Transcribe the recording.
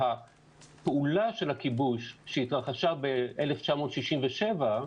הפעולה של הכיבוש שהתרחשה ב-1967,